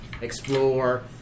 explore